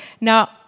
Now